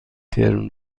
ترم